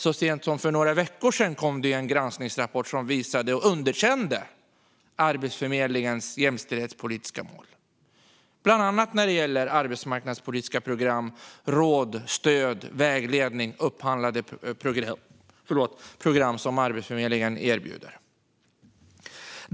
Så sent som för några veckor sedan kom det dock en granskningsrapport som underkände Arbetsförmedlingens jämställdhetspolitiska mål, bland annat när det gäller arbetsmarknadspolitiska program, råd, stöd, vägledning och upphandlade program som Arbetsförmedlingen erbjuder.